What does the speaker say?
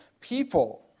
people